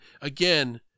again